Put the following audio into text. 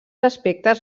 aspectes